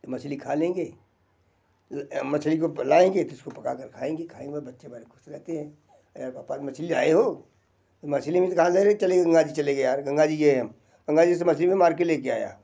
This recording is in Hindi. तो मछली खा लेंगे मछली को लाएंगे फिर इसको पकाकर खाएंगे खाने के बाद बच्चे हमारे खुश रहते हैं यार पापा मछली ले आए हो तो मछली नही तो कहाँ से आ रही चले गंगा जी चले गए यार गंगा जी गए हम गंगा जी से मछली मैं मार के लेके आया